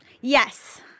Yes